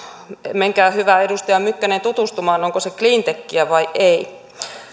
menkää hyvä edustaja mykkänen tutustumaan onko se cleantechiä vai ei ei